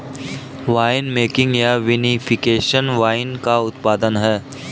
winemaking या vinification wine का उत्पादन है